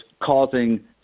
causing